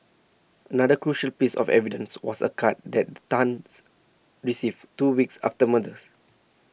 another crucial piece of evidence was a card that Tans received two weeks after murders